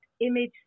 image